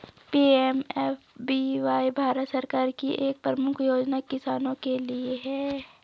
PMFBY Bharat सरकार की एक प्रमुख योजना किसानों के लिए है